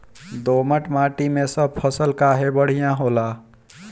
दोमट माटी मै सब फसल काहे बढ़िया होला?